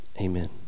Amen